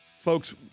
Folks